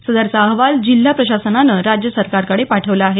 सदरचा अहवाल जिल्हा प्रशासनानं राज्य सरकारकडे पाठवला आहे